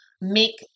make